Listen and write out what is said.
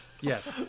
Yes